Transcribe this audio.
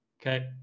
Okay